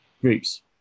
groups